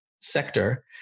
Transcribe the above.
sector